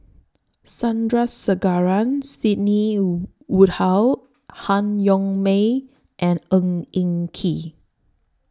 Sandrasegaran Sidney Woodhull Han Yong May and Ng Eng Kee